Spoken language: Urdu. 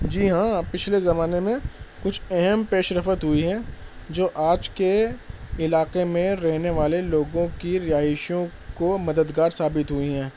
جی ہاں پچھلے زمانے میں کچھ اہم پیش رفت ہوئی ہیں جو آج کے علاقے میں رہنے والے لوگوں کی رہائشوں کو مددگار ثابت ہوئی ہیں